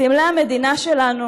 סמלי המדינה שלנו